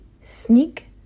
sneak